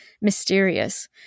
mysterious